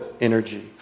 energy